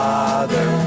Father